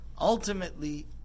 ultimately